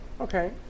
Okay